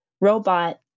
Robot